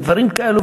ודברים כאלו,